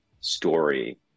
story